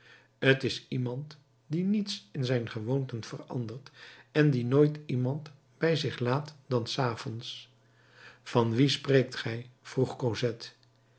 t is iemand die niets in zijn gewoonten verandert en die nooit iemand bij zich laat dan s avonds van wien spreekt gij vroeg